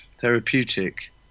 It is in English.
therapeutic